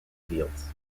fields